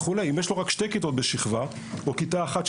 אם יש לו שתי כיתות בשכבה או כיתה אחת,